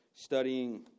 Studying